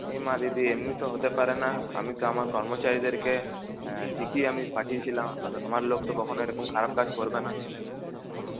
এমা দিদি এমনি তো হতে পারে না আমি তো আমার কর্মচারীদেরকে ঠিকই আমি পাঠিয়েছিলাম আমার লোক তো কখনো এরকম খারাপ কাজ করবে না